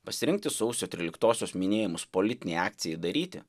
pasirinkti sausio tryliktosios minėjimus politinei akcijai daryti